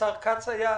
השר כץ היה,